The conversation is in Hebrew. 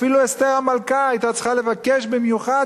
אפילו אסתר המלכה היתה צריכה לבקש במיוחד